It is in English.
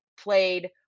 played